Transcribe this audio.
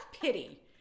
pity